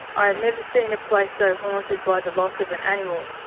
i have never seen a place so haunted by the loss of an animal.